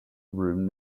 room